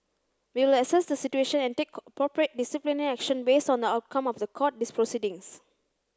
we will assess the situation and take appropriate disciplinary action based on the outcome of the court proceedings